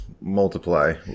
multiply